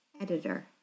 Editor